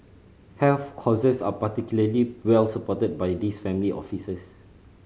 health causes are particularly well supported by these family offices